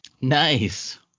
Nice